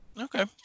okay